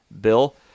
bill